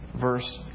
verse